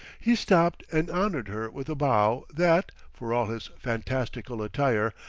he stopped and honored her with a bow that, for all his fantastical attire,